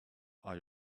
are